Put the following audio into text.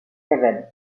seven